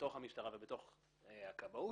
בתוך המשטרה ובתוך הכבאות,